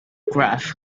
graph